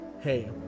Hey